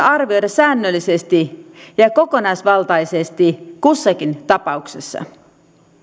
arvioida säännöllisesti ja ja kokonaisvaltaisesti kussakin tapauksessa